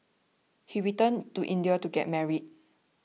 he returned to India to get married